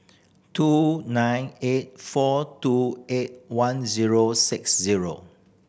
two nine eight four two eight one zero six zero